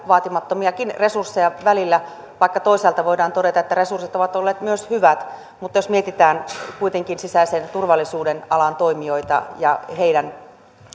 välillä vaatimattomiakin resursseja vaikka toisaalta voidaan todeta että resurssit ovat olleet myös hyvät mutta jos mietitään kuitenkin sisäisen turvallisuuden alan toimijoita ja heidän